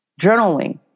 journaling